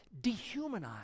dehumanize